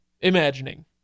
imagining